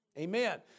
Amen